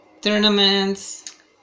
tournaments